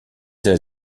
there